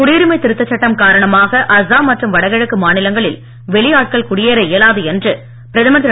குடியுரிமை திருத்தச் சட்டம் காரணமாக அஸ்ஸாம் மற்றும் வடகிழக்கு மாநிலங்களில் வெளி ஆட்கள் குடியேற இயலாது என்று பிரதமர் திரு